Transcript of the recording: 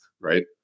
right